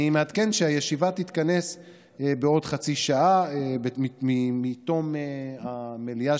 אני מעדכן שהישיבה תתכנס בעוד חצי שעה מתום המליאה,